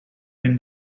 win